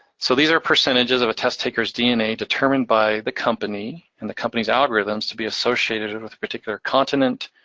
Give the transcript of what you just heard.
so these are percentages of a test-takers dna, determined by the company, and the company's algorithms to be associated and with particular continent,